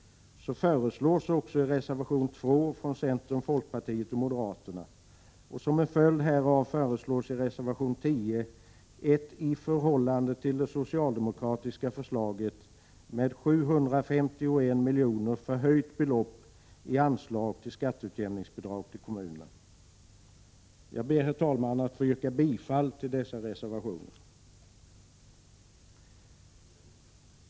Detta föreslås också i reservation 2 från centern, folkpartiet och moderaterna. Som en följd härav föreslås i reservation 10 ett i förhållande till det socialdemokratiska förslaget med 751 milj.kr. förhöjt belopp i anslag till skatteutjämningsbidrag till kommunerna. Jag ber, herr talman, att få yrka bifall till dessa reservationer.